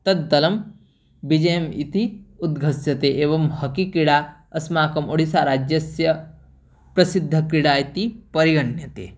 तद्दलं विजयम् इति उद्घोष्यते एवं हाकि क्रीडा अस्माकम् ओडिस्साराज्यस्य प्रसिद्धा क्रीडा इति परिगण्यते